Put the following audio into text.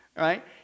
right